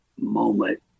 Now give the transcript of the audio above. moment